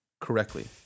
correctly